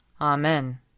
Amen